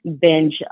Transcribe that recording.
binge